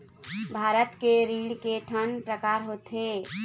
भारत के ऋण के ठन प्रकार होथे?